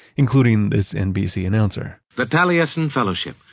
including this nbc announcer the taliesin fellowship,